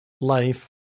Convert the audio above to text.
life